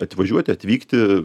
atvažiuoti atvykti